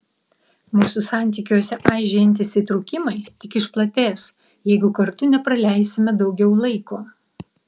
mūsų santykiuose aižėjantys įtrūkimai tik išplatės jeigu kartu nepraleisime daugiau laiko